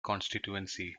constituency